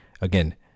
again